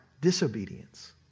disobedience